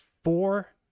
Four